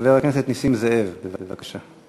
חבר הכנסת נסים זאב, בבקשה.